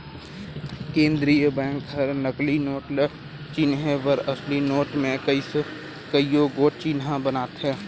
केंद्रीय बेंक हर नकली नोट ल चिनहे बर असली नोट में कइयो गोट चिन्हा बनाथे